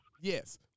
Yes